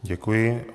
Děkuji.